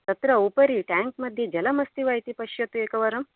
तत्र उपरि टेङ्क् मध्ये जलम् अस्ति वा इति पश्यतु एकवारं